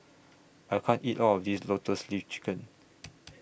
I can't eat All of This Lotus Leaf Chicken